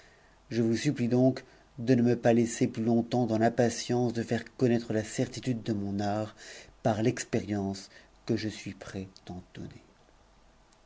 je vous supplie donc de ne me pas laisser plus longtemps dans l'impatience de faire connaître la certitude de mon art par l'expérience que je suis prêt